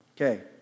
Okay